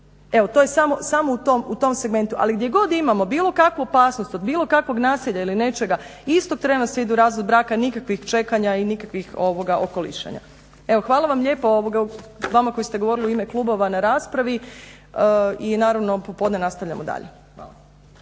Eto to je samo, u tom segmentu, ali gdje god imamo bilo kakvu opasnost od bilo kakvog nasilja ili nečega istog trena se ide u razvod braka i nikakvih okolišanja. Evo hvala vam lijepa vama koji ste govorili u ime klubova u raspravi i naravno popodne nastavljamo dalje.